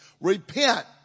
Repent